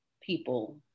people